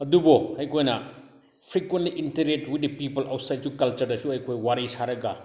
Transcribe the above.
ꯑꯗꯨꯕꯨ ꯑꯩꯈꯣꯏꯅ frequently interact with the people ꯑꯥꯎꯠꯁꯥꯏꯠꯁꯨ ꯀꯜꯆꯔꯦꯜꯁꯨ ꯑꯩꯈꯣꯏ ꯋꯥꯔꯤ ꯁꯥꯔꯒ